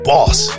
Boss